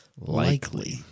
Likely